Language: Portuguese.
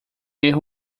erro